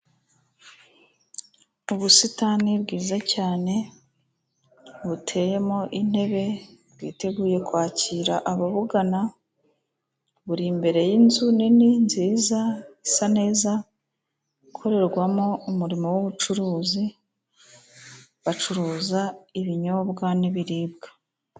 Ubusitani bwiza cyane, buteyemo intebe bwiteguye kwakira ababugana, buri imbere y'inzu nini nziza isa neza, ikorerwamo umurimo w'ubucuruzi, bacuruza ibinyobwa n'ibiribwa.